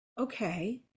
Okay